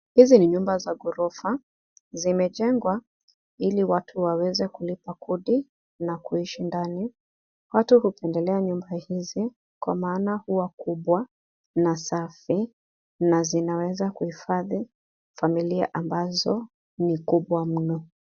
Hizi ni nyumba za ghorofa. Zimejengwa ili watu waweze kulipa kodi na kuishi ndani. Watu hupendelea nyumba hizi kwa maana huwa kubwa na safi na zinaweza kuhifadhi familia ambazo ni kubwa mno.